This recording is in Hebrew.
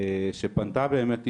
שפנתה באמת אישה,